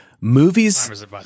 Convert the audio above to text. Movies